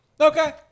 okay